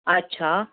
अच्छा